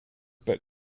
but